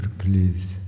please